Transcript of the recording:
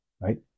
right